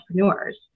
entrepreneurs